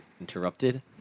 interrupted